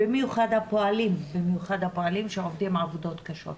במיוחד הפועלים שעובדים בעבודות קשות.